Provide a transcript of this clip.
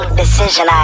decision